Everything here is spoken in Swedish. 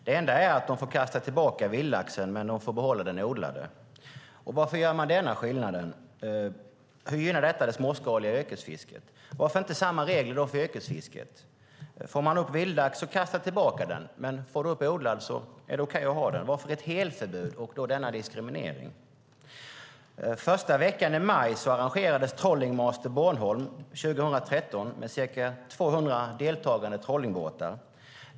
Det enda är att de får kasta tillbaka vildlaxen men behålla den odlade. Varför gör man denna skillnad? Hur gynnar detta det småskaliga yrkesfisket? Varför inte samma regler för yrkesfisket? Får de upp vildlax får de kasta tillbaka den, men får de upp odlad är det okej. Varför ska man ha ett helförbud och denna diskriminering? Den första veckan i maj arrangerades Trolling Master Bornholm 2013 med ca 200 deltagande trollingbåtar.